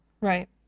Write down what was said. right